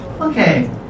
Okay